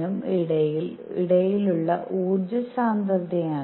നും ഇടയിലുള്ള ഊർജ്ജ സാന്ദ്രതയാണ്